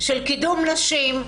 של קידום נשים,